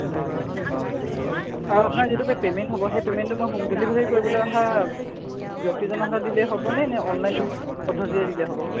নিশ্চয়কৈ আৰু আপোনাৰ যিটো পেমেণ্ট হব সেই পেমেণ্টটো মই হোম ডেলিভাৰী কৰিবলৈ অহা ব্যক্তিজনৰ হাতত দিলেই হ'ব নে নে অনলাইন পদ্ধতিৰে দিলে হ'ব